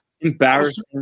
Embarrassing